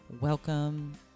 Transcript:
Welcome